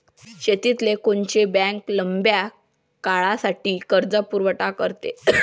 शेतीले कोनची बँक लंब्या काळासाठी कर्जपुरवठा करते?